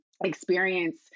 experience